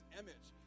image